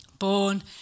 born